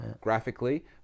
graphically